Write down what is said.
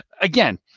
again